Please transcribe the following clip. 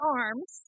arms